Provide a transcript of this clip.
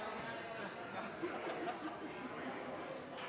Jens